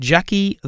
Jackie